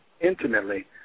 intimately